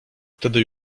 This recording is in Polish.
wtedy